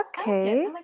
Okay